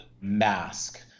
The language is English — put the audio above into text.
mask